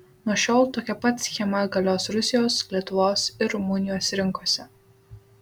nuo šiol tokia pat schema galios rusijos lietuvos ir rumunijos rinkose